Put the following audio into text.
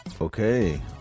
Okay